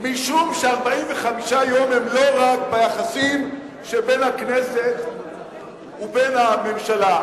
משום ש-45 יום הם לא רק ביחסים שבין הכנסת ובין הממשלה,